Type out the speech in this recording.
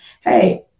hey